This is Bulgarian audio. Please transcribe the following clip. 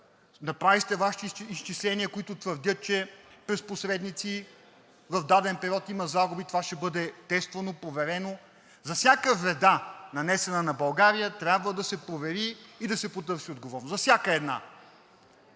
направили сте Вашите изчисления, които твърдят, че през посредници в даден период има загуби, това ще бъде тествано, проверено. За всяка вреда, нанесена на България, трябва да се провери и да се потърси отговорност. За всяка една!